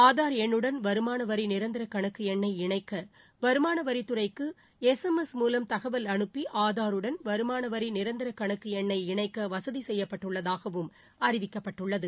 ஆதார் என்னுடன் வருமானவரி நிரந்தர கணக்கு எண்ணை இணைக்க வருமானவரித்துறைக்கு எஸ் எம் எஸ் மூலம் தகவல் அனுப்பி ஆதாருடன் வருமானவரி நிரந்தர கணக்கு எண்ணை இணைக்க வசதி செய்யப்பட்டுள்ளதாகவும் அறிவிக்கப்பட்டுள்ளது